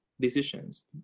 decisions